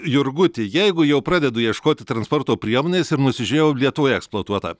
jurguti jeigu jau pradedu ieškoti transporto priemonės ir nusižiūrėjau lietuvoje eksploatuotą